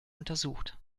untersucht